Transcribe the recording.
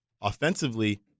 offensively